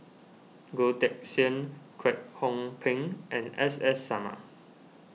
Goh Teck Sian Kwek Hong Png and S S Sarma